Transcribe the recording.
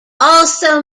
also